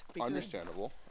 Understandable